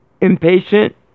impatient